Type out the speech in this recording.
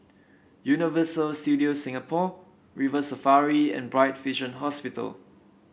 Universal Studios Singapore River Safari and Bright Vision Hospital